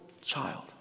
child